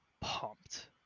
pumped